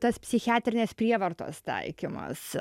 tas psichiatrinės prievartos taikymas